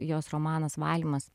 jos romanas valymas